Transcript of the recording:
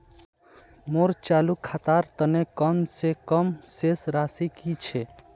मोर चालू खातार तने कम से कम शेष राशि कि छे?